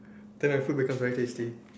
then the food becomes very tasty